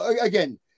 again